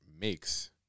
makes